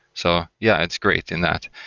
so, yeah, it's great in that.